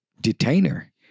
detainer